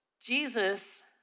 Jesus